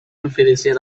oferecer